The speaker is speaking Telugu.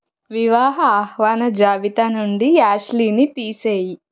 వివాహ ఆహ్వాన జాబితా నుండి యాష్లీని తీసేయి